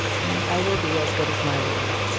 and i will be as good as my word.